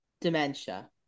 Dementia